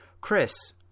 Chris